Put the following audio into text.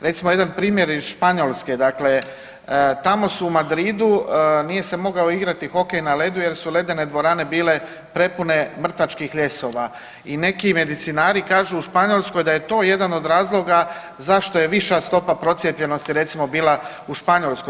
Recimo, jedan primjer iz Španjolske, dakle tamo su u Madridu, nije se mogao igrati hokej na ledu jer su ledene dvorane bile prepune mrtvačkih ljesova i neki medicinari kažu u Španjolskoj, da je to jedan od razloga zašto je viša stopa procijepljenosti recimo bila u Španjolskoj.